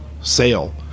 sale